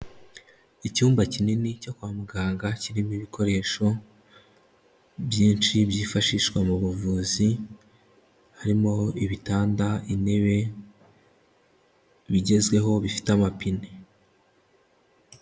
Icyumba kinini cyo kwa muganga kirimo ibikoresho byinshi byifashishwa mu buvuzi, harimo ibitanda, intebe bigezweho bifite amapine.